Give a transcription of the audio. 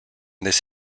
this